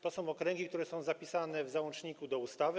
To są okręgi, które są zapisane w załączniku do ustawy.